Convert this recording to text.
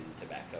tobacco